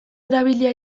erabilia